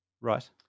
Right